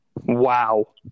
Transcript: Wow